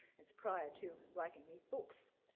it's prior to writing these books.